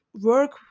work